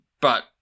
But-